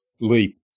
leap